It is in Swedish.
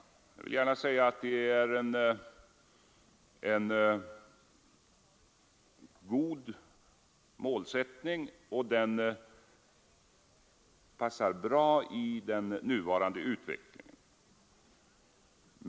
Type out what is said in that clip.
debatt Jag vill gärna säga att det är en god målsättning som passar bra i den nuvarande utvecklingen.